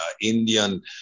Indian